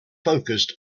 focused